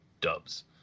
dubs